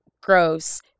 gross